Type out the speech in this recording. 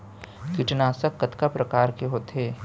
कीटनाशक कतका प्रकार के होथे?